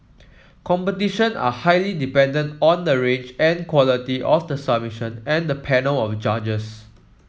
competitions are highly dependent on the range and quality of the submission and the panel of judges